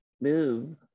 move